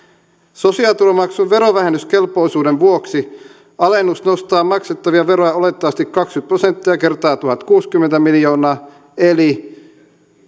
sosiaaliturvamaksun verovähennyskelpoisuuden vuoksi alennus nostaa maksettavia veroja oletettavasti kaksikymmentä prosenttia kertaa tuhatkuusikymmentä miljoonaa eli